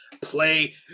play